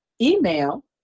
email